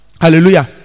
hallelujah